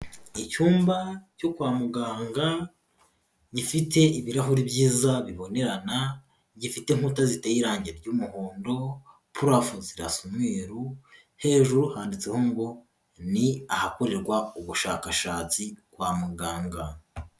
Icyumba cyo kwa muganga gifite ibirahuri byiza bibonerana, gifite inkuta ziteye irangi ry'umuhondo, purafo zirasa umweru, hejuru handitseho ngo:"Ni ahakorerwa ubushakashatsi kwa muganga."